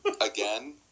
Again